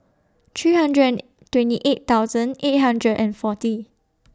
three hundred and twenty eight thousand eight hundred and forty